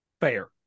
fair